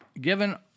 given